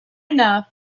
enough